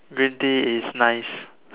green Tea is nice